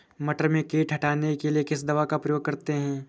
मटर में कीट हटाने के लिए किस दवा का प्रयोग करते हैं?